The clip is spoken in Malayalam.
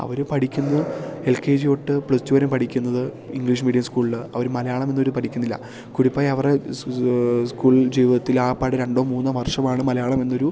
അവര് പഠിക്കുന്നത് എൽ കെ ജി തൊട്ട് പ്ലസ് ടു വരെ പഠിക്കുന്നത് ഇംഗ്ലീഷ് മീഡിയം സ്കൂളിലാണ് അവര് മലയാളമെന്നൊര് പഠിക്കുന്നില്ല കൂടി പോയാൽ അവര് സ്കൂൾ ജീവിതത്തിലാപ്പാടെ രണ്ടോ മൂന്നോ വർഷവാണ് മലയാളം എന്നൊരു